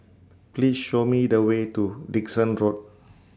Please Show Me The Way to Dickson Road